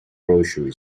grocery